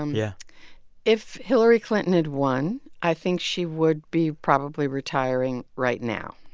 um yeah if hillary clinton had won, i think she would be probably retiring right now.